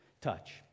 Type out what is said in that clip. touch